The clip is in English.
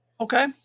Okay